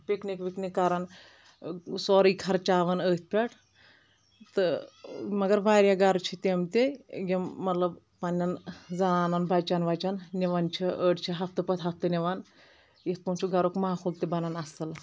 picnic وکنک کران سورُے خرچاوان اتھۍ پیٹھ تہٕ مگر واریاہ گرٕ چھ تہِ یم مطلب پنَنین زنانَن بچن وچن نوان چھ أڈۍ چھ ہفتہ پتہٕ ہفتہ نوان یتھ پاٹھی چھ گرُک ماحول تہِ بنن اصل